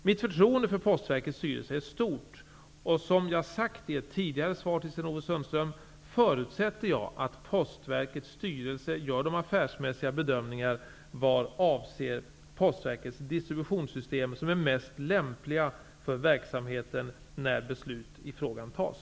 Mitt förtroende för Postverkets styrelse är stort, och som jag har sagt i ett tidigare svar till Sten-Ove Sundström förutsätter jag att Postverkets styrelse gör de affärsmässiga bedömningar vad avser Postverkets distributionssystem som är mest lämpliga för verksamheten när beslut i frågan tas.